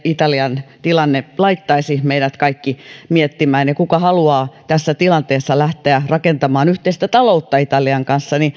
italian tilanne laittaisi meidät kaikki miettimään kuka haluaa tässä tilanteessa lähteä rakentamaan yhteistä taloutta italian kanssa